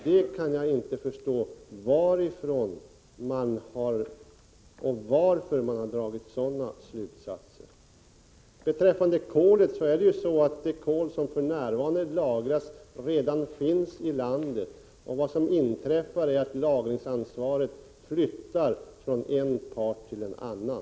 Jag kan inte förstå varför han har dragit sådana slutsatser. Beträffande kolet gäller att det kol som f.n. lagras redan finns i landet. Vad som inträffar är att lagringsansvaret flyttar från en part till en annan.